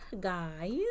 guys